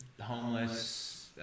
homeless